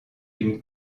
une